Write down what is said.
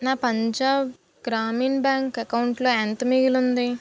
నా పంజాబ్ గ్రామీణ బ్యాంక్ అకౌంట్లో ఎంత మిగిలి ఉంది